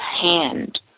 hand